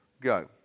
go